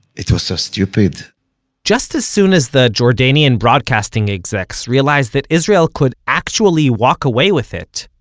it was so stupid just as soon as the jordanian broadcasting execs realized that israel could actually walk away with it,